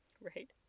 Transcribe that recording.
Right